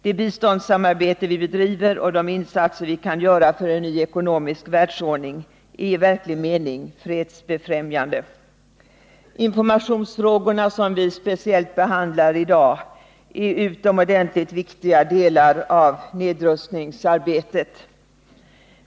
Det biståndssamarbete vi bedriver och de insatser vi kan göra för en ny ekonomisk världsordning är i verklig mening fredsbefrämjande. Informationsfrågorna, som vi speciellt behandlar i dag, är utomordentligt viktiga delar av nedrustningsarbetet.